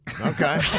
Okay